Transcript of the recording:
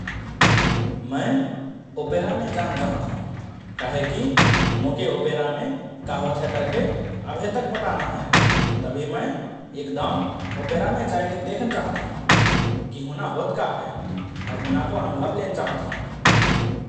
मए ओपेरामे जान चाहत हओं । काहेकि मोके ओपेरामे का होत हए अभए तक पता ना हए । तभि मए एक दाओं ओपेरामे जाएके देखन चाहत हओं कि हुना होत का हए और हुनाको अनुभव लेन चाहत हओं ।